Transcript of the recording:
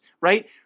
right